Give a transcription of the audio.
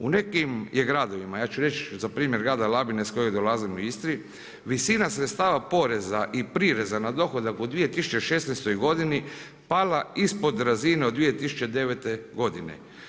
U nekim je gradovima, ja ću reći za primjer grada Labina iz kojeg dolazim u Istri visina sredstava poreza i prireza na dohodak u 2016. godini pala ispod razine od 2009. godine.